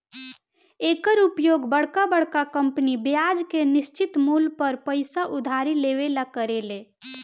एकर उपयोग बरका बरका कंपनी ब्याज के निश्चित मूल पर पइसा उधारी लेवे ला करेले